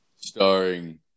starring